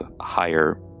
higher